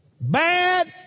bad